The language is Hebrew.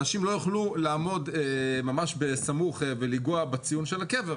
אנשים לא יוכלו לעמוד ממש בסמוך ולגעת בציון של הקבר,